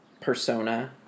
persona